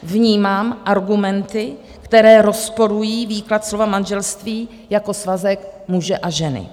Vnímám argumenty, které rozporují výklad slova manželství jako svazek muže a ženy.